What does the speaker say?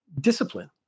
discipline